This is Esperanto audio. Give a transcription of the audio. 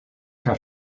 kaj